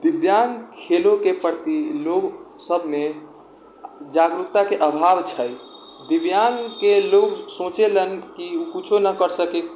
दिव्याङ्ग खेलौ के प्रति लोग सभमे जागरूकता के अभाव छै दिव्याङ्ग के लोग सोचै लऽ कि किछो न कर सकि